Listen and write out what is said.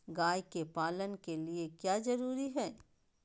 गाय के पालन के लिए क्या जरूरी है?